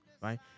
right